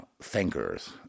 thinkers